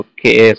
Okay